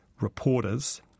Reporters